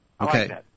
okay